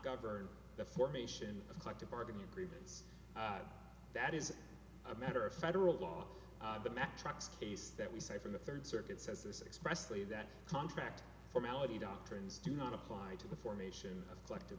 govern the formation of collective bargaining agreements that is a matter of federal law but mack trucks case that we say from the third circuit says this expressly that contract formality doctrines do not apply to the formation of collective